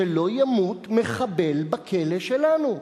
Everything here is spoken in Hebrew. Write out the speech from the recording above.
שלא ימות מחבל בכלא שלנו.